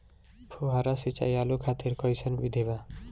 फुहारा सिंचाई आलू खातिर कइसन विधि बा?